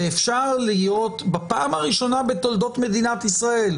ואפשר להיות בפעם הראשונה בתולדות מדינת ישראל,